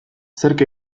zerk